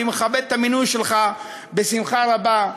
אני מכבד את המינוי שלך בשמחה רבה,